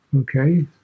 okay